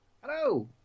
Hello